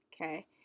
okay